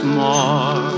more